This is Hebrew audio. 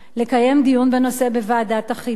לקיים דיון בנושא בוועדת החינוך,